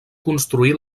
construir